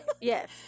Yes